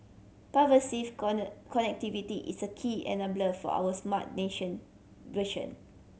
pervasive connectivity is a key enabler for our smart nation vision